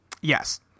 Yes